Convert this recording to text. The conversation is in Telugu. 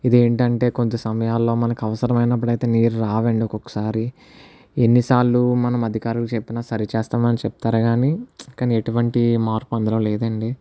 ఇది ఏంటంటే కొంత సమయాల్లో మనకు అవసరమైనప్పుడు అయితే నీరు రాదండి ఒక్కొక్కసారి ఎన్నిసార్లు మన మధ్యకారులు చెప్పిన సరే చేస్తామని చెప్తారు కానీ ఎటువంటి మార్పు అందులో లేదండి